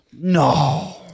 No